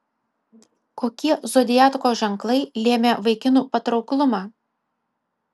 kokie zodiako ženklai lėmė vaikinų patrauklumą